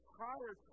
higher